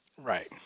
Right